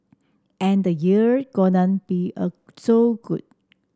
and the year gonna be so good